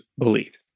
beliefs